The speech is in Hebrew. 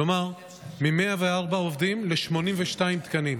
כלומר מ-104 עובדים ל-82 תקנים.